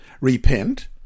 Repent